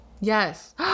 yes